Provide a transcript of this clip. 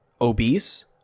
obese